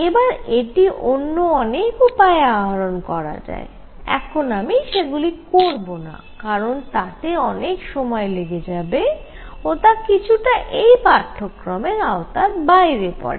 এবার এটি অন্য অনেক উপায়ে আহরণ করা যায় এখন আমি সেগুলি করবনা কারণ তাতে অনেক সময় লেগে যাবে ও তা কিছুটা এই পাঠ্যক্রমের আওতার বাইরে পড়ে